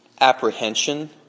apprehension